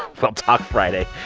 we'll talk friday.